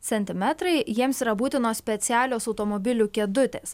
centimetrai jiems yra būtinos specialios automobilių kėdutės